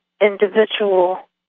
individual